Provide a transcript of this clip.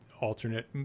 alternate